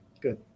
Good